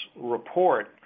report